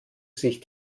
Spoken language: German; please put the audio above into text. sich